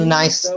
nice